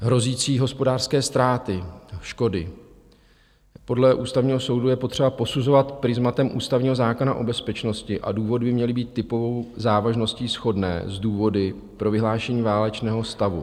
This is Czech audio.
Hrozící hospodářské ztráty, škody podle Ústavního soudu je potřeba posuzovat prizmatem Ústavního zákona o bezpečnosti a důvody by měly být typovou závažností shodné s důvody pro vyhlášení válečného stavu.